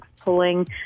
pulling